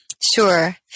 Sure